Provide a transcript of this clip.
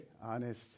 honest